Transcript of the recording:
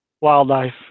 wildlife